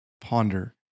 ponder